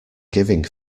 giving